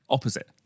Opposite